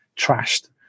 trashed